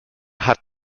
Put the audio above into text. hat